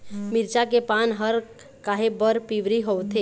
मिरचा के पान हर काहे बर पिवरी होवथे?